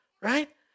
right